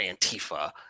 Antifa